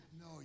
no